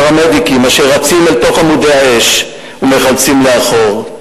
פרמדיקים אשר רצים אל תוך עמודי האש ומחלצים לאחור,